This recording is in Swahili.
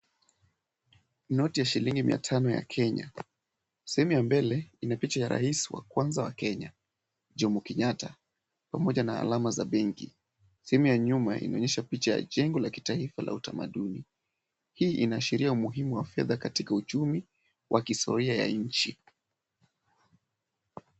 Noti ya shilingi mia tano ya Kenya. Sehemu ya mbele ina picha ya raisi wa kwanza wa Kenya Jomo Kenyatta pamoja na alama za benki. Sehemu ya nyuma inaonyesha picha ya jengo la kitaifa la utamaduni. Hii inaashiria umuhimuwa fedha katika uchumi wa kihistoria ya nchi.